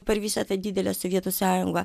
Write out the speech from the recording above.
per visą tą didelę sovietų sąjungą